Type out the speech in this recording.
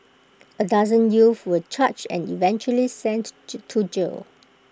A dozen youth were charged and eventually sent to jail